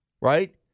right